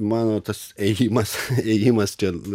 mano tas ėjimas ėjimas ten